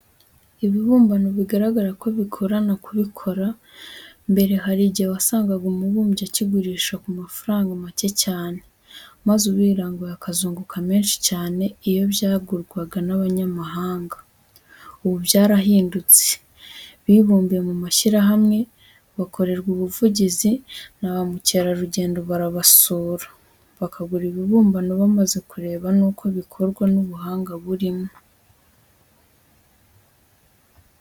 Ibibumbano bigaragara ko bigorana kubikora, mbere hari igihe wasangaga umubumbyi akigurisha ku mafaranga make cyane, maze ubiranguye akazunguka menshi cyane iyo byagurwaga n'abanyamahanga, ubu byarahindutse bibumbiye mu mashyirahamwe, bakorerwa ubugizi na ba mukerarugendo barabasura, bakagura ibibumbano bamaze kureba n'uko bikorwa n'ubuhanga burimo.